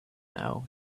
now